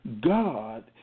God